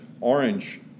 orange